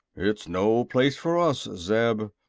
it's no place for us, zeb.